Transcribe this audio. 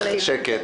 אנא ממך, שקט.